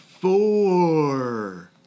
Four